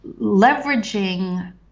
Leveraging